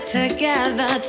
together